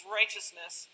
righteousness